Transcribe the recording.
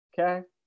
okay